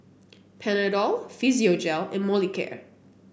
Panadol Physiogel and Molicare